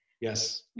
Yes